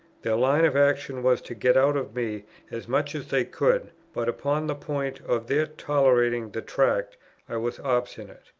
their line of action was to get out of me as much as they could but upon the point of their tolerating the tract i was obstinate.